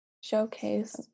showcase